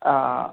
ആ